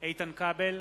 איתן כבל,